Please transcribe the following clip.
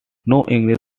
english